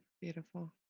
beautiful